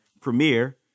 premiere